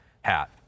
hat